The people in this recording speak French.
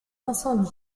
incendies